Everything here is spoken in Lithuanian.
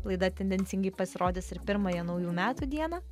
laida tendencingai pasirodys ir pirmąją naujų metų dieną